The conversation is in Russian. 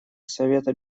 совета